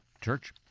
Church